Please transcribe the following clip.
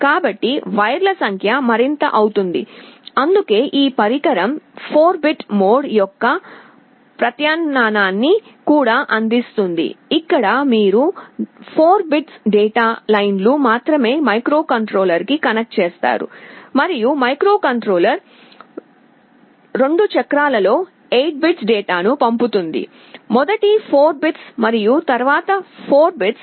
కాబట్టి వైర్ల సంఖ్య మరింత అవుతుంది అందుకే ఈ పరికరం 4 బిట్ మోడ్ యొక్క ప్రత్యామ్నాయాన్ని కూడా అందిస్తుంది ఇక్కడ మీరు 4 బిట్స్ డేటా లైన్లను మాత్రమే మైక్రోకంట్రోలర్కు కనెక్ట్ చేస్తారు మరియు మైక్రోకంట్రోలర్ 2 చక్రాలలో 8 బిట్స్ డేటాను పంపుతుంది మొదట 4 బిట్స్ మరియు తరువాత 4 బిట్స్